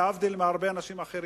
להבדיל מהרבה אנשים אחרים,